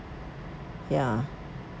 ya